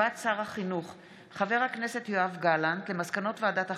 הודעת שר החינוך יואב גלנט על מסקנות ועדת החינוך,